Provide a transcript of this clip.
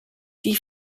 die